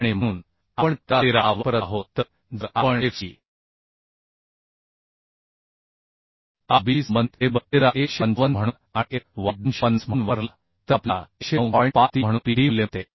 आणि म्हणून आपण तक्ता 13a वापरत आहोत तर जर आपण f c r b शी संबंधित टेबल 13 a 155 म्हणून आणि f y 250 म्हणून वापरला तर आपल्याला 109 म्हणून p d मूल्य मिळते